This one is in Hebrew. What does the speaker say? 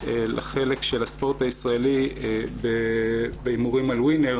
לחלק של הספורט הישראלי בהימורים על ווינר.